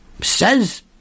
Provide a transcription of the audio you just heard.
says